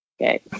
Okay